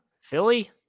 Philly